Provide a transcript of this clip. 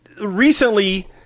recently